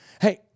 hey